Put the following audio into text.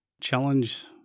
challenge